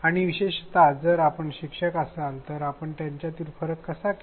आणि विशेषतः जर आपण शिक्षक असाल तर आपण त्यांच्यातील फरक कसा केला